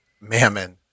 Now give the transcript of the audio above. mammon